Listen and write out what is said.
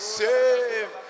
save